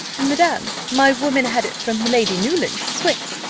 madam, my woman had it from lady newland's swiss,